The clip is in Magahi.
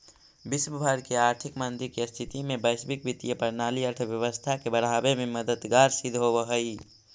विश्व भर के आर्थिक मंदी के स्थिति में वैश्विक वित्तीय प्रणाली अर्थव्यवस्था के बढ़ावे में मददगार सिद्ध होवऽ हई